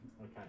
Okay